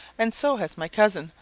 and so has my cousin,